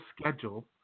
schedule